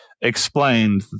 explained